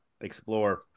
explore